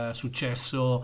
successo